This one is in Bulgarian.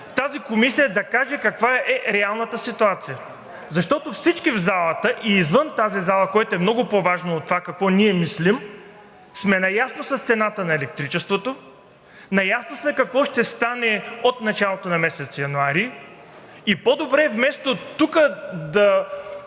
тази комисия да каже каква е реалната ситуация. Защото всички в залата и извън тази зала, което е много по-важно от това, какво ние мислим, сме наясно с цената на електричеството, наясно сме какво ще стане от началото на месец януари и по-добре е вместо тук да